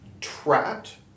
trapped